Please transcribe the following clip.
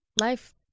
Life